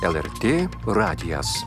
lrt radijas